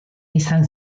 izan